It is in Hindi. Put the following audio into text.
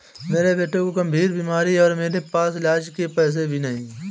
मेरे बेटे को गंभीर बीमारी है और मेरे पास इलाज के पैसे भी नहीं